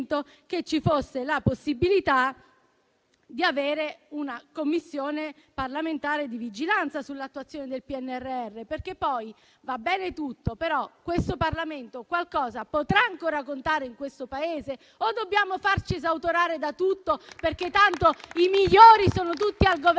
che ci fosse la possibilità di avere una Commissione parlamentare di vigilanza sull'attuazione del PNRR. Va bene tutto, infatti, però questo Parlamento qualcosa potrà ancora contare in questo Paese o dobbiamo farci esautorare da tutto, perché tanto i migliori sono tutti al Governo